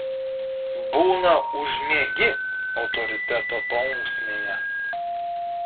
būna užmiegi autoriteto paunksmėje